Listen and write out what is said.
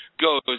goes